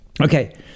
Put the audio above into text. Okay